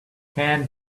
canned